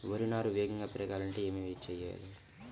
వరి నారు వేగంగా పెరగాలంటే ఏమి చెయ్యాలి?